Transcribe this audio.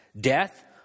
Death